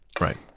Right